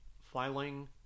filing